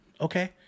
okay